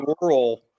world